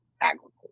agriculture